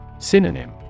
synonym